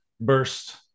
burst